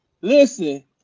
listen